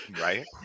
Right